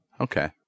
Okay